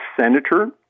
senator